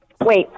Wait